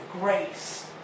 grace